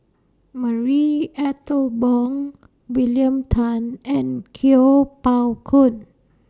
Marie Ethel Bong William Tan and Kuo Pao Kun